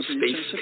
Space